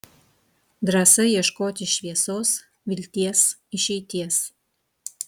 drąsa ieškoti šviesos vilties išeities